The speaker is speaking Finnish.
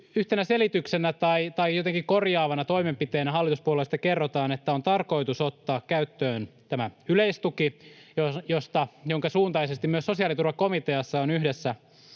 yhtenä selityksenä tai jotenkin korjaavana toimenpiteenä hallituspuolueista kerrotaan, että on tarkoitus ottaa käyttöön tämä yleistuki, jonka suuntaisesti myös sosiaaliturvakomiteassa on yhdessä